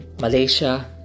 Malaysia